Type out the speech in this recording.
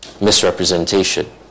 misrepresentation